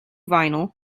vinyl